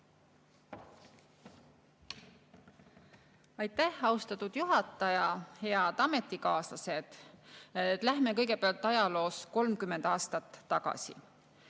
Aitäh, austatud juhataja! Head ametikaaslased! Läheme kõigepealt ajaloos 30 aastat tagasi.